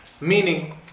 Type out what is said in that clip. meaning